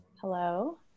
Hello